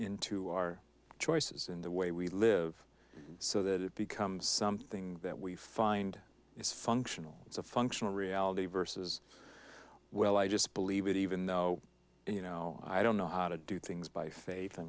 into our choices in the way we live so that it becomes something that we find is functional it's a functional reality versus well i just believe it even though you know i don't know how to do things by faith